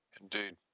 Indeed